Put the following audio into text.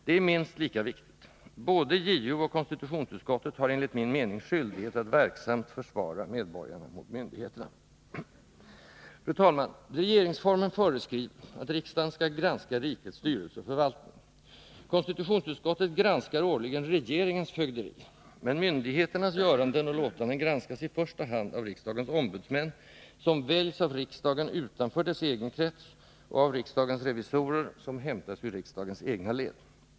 Det är minst lika viktigt! Både JO och konstitutionsutskottet har enligt min mening skyldighet att verksamt försvara medborgarna mot myndigheterna. Fru talman! Regeringsformen föreskriver att riksdagen skall granska rikets styrelse och förvaltning. Konstitutionsutskottet granskar årligen regeringens fögderi, men myndigheternas göranden och låtanden granskas i första hand av riksdagens ombudsmän, som väljs av riksdagen utanför dess egen krets, och av riksdagens revisorer, som hämtas ur riksdagens egna led.